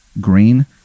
green